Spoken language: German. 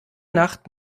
nacht